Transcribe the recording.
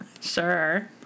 Sure